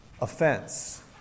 offense